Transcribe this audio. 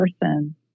person